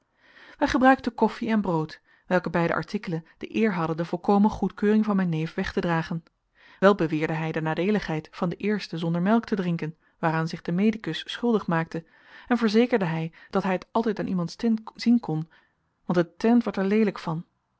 wij gebruikten koffie en brood welke beide artikelen de eer hadden de volkomen goedkeuring van mijn neef weg te dragen wel beweerde hij de nadeeligheid van de eerste zonder melk te drinken waaraan zich de medicus schuldig maakte en verzekerde hij dat hij t altijd aan iemands teint zien kon want het teint werd er leelijk van